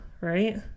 right